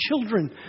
children